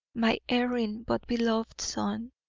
my erring but beloved son.